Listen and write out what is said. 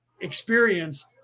experience